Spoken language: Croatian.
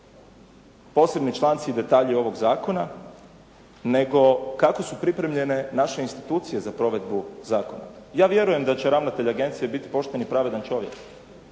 posebni članci i detalji ovoga zakona nego kako su pripremljene naše institucije za provedbu zakona. Ja vjerujem da će ravnatelj agencije biti pošteni i pravedan čovjek